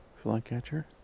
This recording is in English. flycatcher